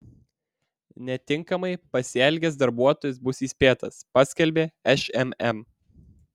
netinkamai pasielgęs darbuotojas bus įspėtas paskelbė šmm